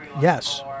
Yes